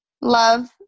love